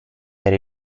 era